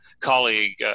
colleague